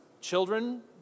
children